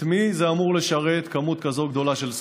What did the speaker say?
את מי אמורה לשרת כמות כזאת גדולה של שרים?